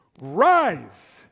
rise